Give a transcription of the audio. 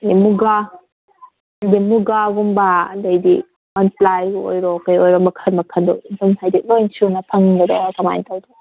ꯃꯨꯒꯥ ꯑꯗꯩ ꯃꯨꯒꯥꯒꯨꯝꯕ ꯑꯗꯩꯗꯤ ꯋꯥꯟ ꯄ꯭ꯂꯥꯏ ꯑꯣꯏꯔꯣ ꯀꯩ ꯑꯣꯏꯔꯣ ꯃꯈꯟ ꯃꯈꯟꯗꯣ ꯑꯗꯨꯝ ꯍꯥꯏꯗꯤ ꯂꯣꯏ ꯁꯨꯅ ꯐꯪꯉꯤꯕꯔꯥ ꯀꯃꯥꯏꯅ ꯇꯧꯏ